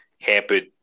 hampered